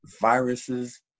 viruses